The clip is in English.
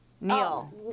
Neil